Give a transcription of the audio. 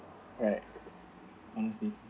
right honestly